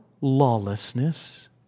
lawlessness